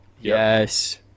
Yes